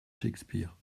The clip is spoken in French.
shakespeare